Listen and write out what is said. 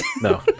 no